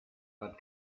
bad